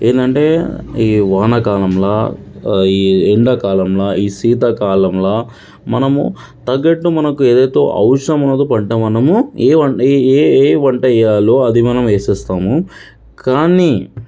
ఏంటంటే ఈ వానాకాలంలో ఈ ఎండాకాలంలో ఈ శీతాకాలంలో మనము తగ్గట్టు మనకు ఏదైతే అవసరం ఉన్నదో పంట మనము ఏ ఏ పంట వేయాలో అది మనం వేసేస్తాము కానీ